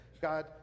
God